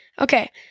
Okay